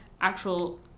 actual